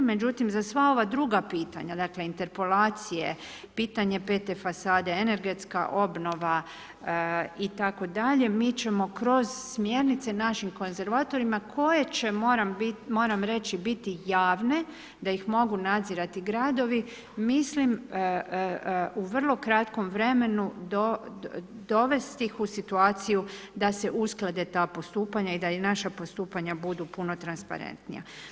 Međutim, za sva ova druga pitanja, dakle interpolacije, pitanje pete fasade, energetska obnova itd. mi ćemo kroz smjernice našim konzervatorima koje će, moram reći biti javne da ih mogu nadzirati gradovi, mislim u vrlo kratkom vremenu dovesti ih u situaciju da se usklade ta postupanja i da i naša postupanja budu puno transparentnija.